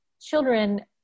children